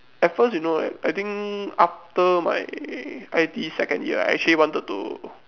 at first you know right I think after my I_T_E second year I actually wanted to